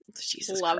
Jesus